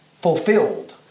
fulfilled